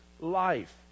life